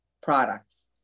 products